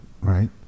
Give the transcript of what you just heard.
Right